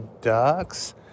Ducks